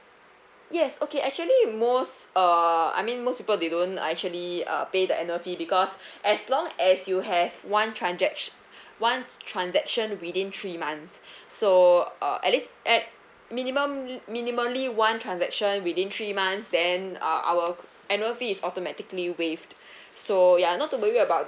yes okay actually most uh I mean most people they don't actually uh pay the annual fee because as long as you have one transac~ once transaction within three months so uh at least at minimum li~ minimally one transaction within three months then uh our annual fee is automatically waived so ya not to worry about